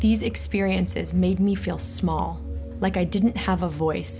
these experiences made me feel small like i didn't have a voice